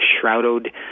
shrouded